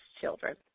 children